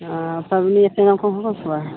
हँ पाबनि अयतै पहुँचबै